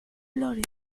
flórez